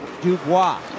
Dubois